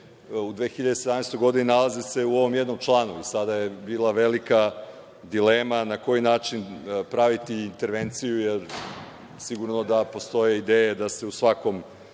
u 2017. godini nalaze se u ovom jednom članu. Sada je bila velika dilema na koji način praviti intervenciju, jer sigurno da postoji ideja da se u svakom